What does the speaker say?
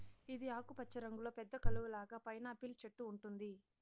ఇది ఆకుపచ్చ రంగులో పెద్ద కలువ లాగా పైనాపిల్ చెట్టు ఉంటుంది